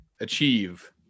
achieve